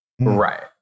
Right